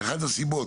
אחד הסיבות,